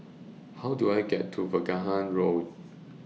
How Do I get to Vaughan Road